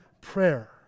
prayer